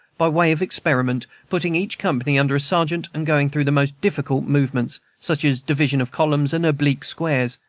by way of experiment putting each company under a sergeant, and going through the most difficult movements, such as division-columns and oblique-squares.